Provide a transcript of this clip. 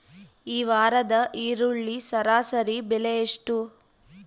ಈ ವಾರದ ಈರುಳ್ಳಿ ಸರಾಸರಿ ಬೆಲೆ ಎಷ್ಟು?